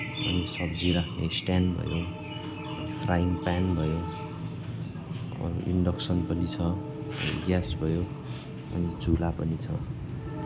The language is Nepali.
अनि सब्जी राख्ने स्ट्यान्ड भयो अनि फ्राइन प्यान भयो अनि इन्डक्सन पनि छ ग्यास भयो अनि चुला पनि छ